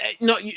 No